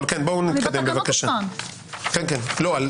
בואו